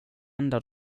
enda